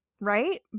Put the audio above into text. right